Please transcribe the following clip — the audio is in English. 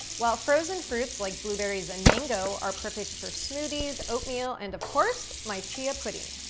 while frozen fruits like blueberries and mango are perfect for smoothies, oatmeal, and of course, my chia pudding.